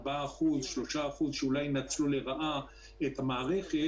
ארבעה או חמישה אחוז שאולי ינצלו לרעה את המערכת